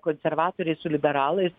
konservatoriai su liberalais